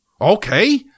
Okay